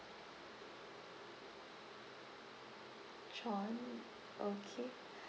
john okay